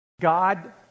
God